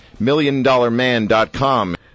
MillionDollarMan.com